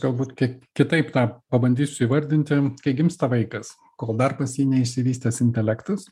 galbūt kiek kitaip tą pabandysiu įvardinti kai gimsta vaikas kol dar pas jį neišsivystęs intelektas